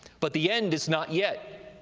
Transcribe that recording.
but the end is not yet.